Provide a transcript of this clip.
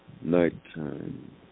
nighttime